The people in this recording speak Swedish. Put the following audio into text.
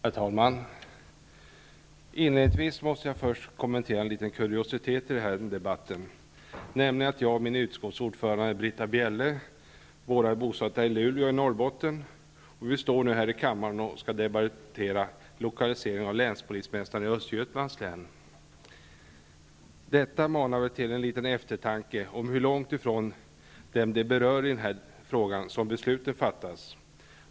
Herr talman! Inledningsvis måste jag få kommentera en liten kuriositet i den här debatten, nämligen att jag och min utskottsordförande Vi står nu här i kammaren och skall debattera lokaliseringen av länspolismästaren i Östergötlands län. Detta manar väl till en liten eftertanke om hur långt ifrån dem det berör i den här frågan som besluten fattas.